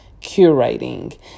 curating